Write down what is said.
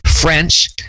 French